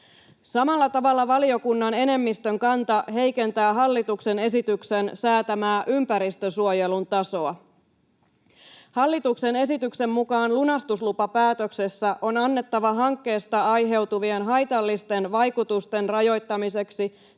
Samalla tavalla valiokunnan enemmistön kanta heikentää hallituksen esityksen säätämää ympäristönsuojelun tasoa. Hallituksen esityksen mukaan lunastuslupapäätöksessä on annettava hankkeesta aiheutuvien haitallisten vaikutusten rajoittamiseksi